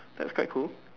that's quite cool